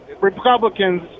Republicans